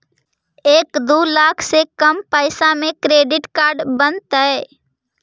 एक दू लाख से कम पैसा में क्रेडिट कार्ड बनतैय?